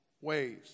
ways